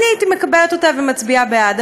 הייתי מקבלת אותה ומצביעה בעד.